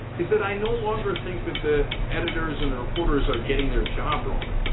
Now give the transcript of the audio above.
is that i no longer think that the editors and the reporters are getting their job wrong.